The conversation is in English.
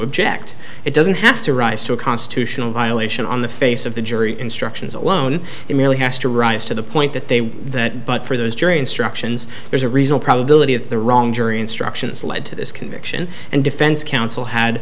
object it doesn't have to rise to a constitutional violation on the face of the jury instructions alone it merely has to rise to the point that they that but for those jury instructions there's a reason probability of the wrong jury instructions led to this conviction and defense counsel had